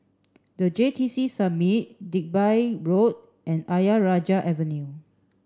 the J T C Summit Digby Road and Ayer Rajah Avenue